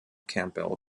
campbell